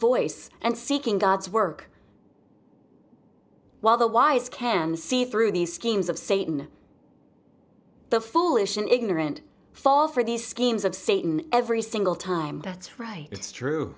voice and seeking god's work while the wise can see through these schemes of satan the foolish and ignorant fall for these schemes of satan every single time that's right it's true